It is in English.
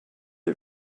are